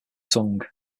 tongue